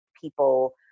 people